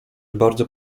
bardzo